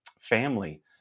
family